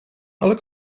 ale